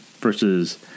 versus